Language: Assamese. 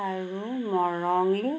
আৰু মৰঙি